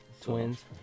Twins